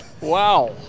wow